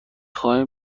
خواهیم